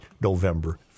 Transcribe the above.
November